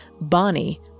Bonnie